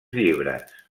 llibres